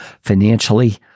financially